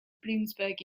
bloomsburg